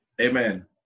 Amen